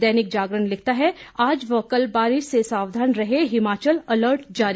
दैनिक जागरण लिखता है आज व कल बारिश से सावधान रहे हिमाचल अलर्ट जारी